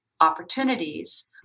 opportunities